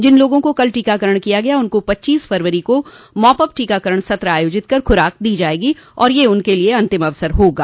जिन लोगों को कल टीकाकरण किया गया उनको पच्चीस फरवरी को मॉपअप टीकाकरण सत्र आयोजित कर खुराक दी जायेगी और यह उनके लिये अंतिम अवसर होगा